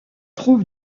trouve